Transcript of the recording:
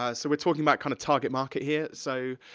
ah so we're talking about kinda target market here, so,